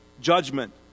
judgment